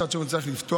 מצד שני הוא צריך לפתוח,